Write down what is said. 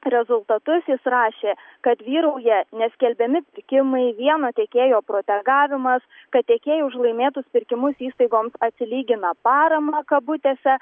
rezultatus jis rašė kad vyrauja neskelbiami pirkimai vieno tiekėjo protegavimas kad tiekėjai už laimėtus pirkimus įstaigoms atsilygina parama kabutėse